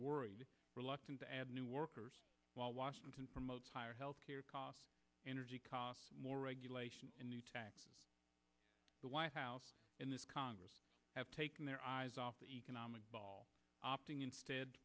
worried reluctant to add new workers while washington promotes higher health care costs energy costs more regulation in the white house in this congress have taken their eyes off the economic ball opting instead